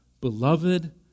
beloved